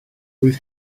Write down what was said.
rwyf